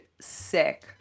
sick